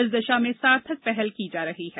इस दिशा में सार्थक पहल की जा रही है